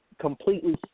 completely